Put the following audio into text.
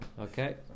Okay